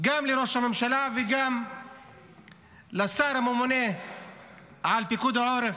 גם לראש הממשלה וגם לשר הממונה על פיקוד העורף,